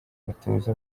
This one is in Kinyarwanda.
batoza